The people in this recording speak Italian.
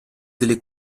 delle